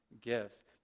gifts